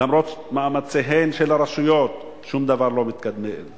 למרות מאמציהן של הרשויות, שום דבר לא מתקדם.